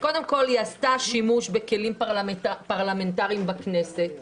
קודם כול היא עשתה שימוש בכלים פרלמנטריים בכנסת,